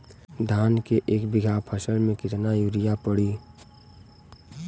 धान के एक बिघा फसल मे कितना यूरिया पड़ी?